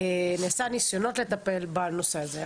ניסיונות לטפל בנושא הזה.